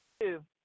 two